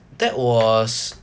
that was